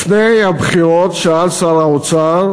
לפני הבחירות שאל שר האוצר: